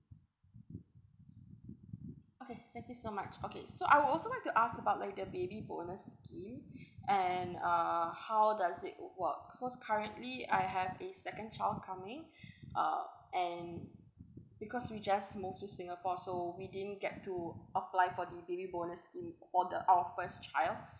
okay thank you so much okay so I would also like to ask about like the baby bonus scheme and uh how does it work cause currently I have a second child coming uh and because we just moved to singapore so we didn't get to apply for the baby bonus scheme for the our first child